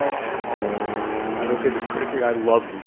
and i don't say this critically. i love,